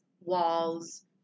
walls